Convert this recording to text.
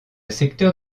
secteur